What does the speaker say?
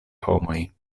homoj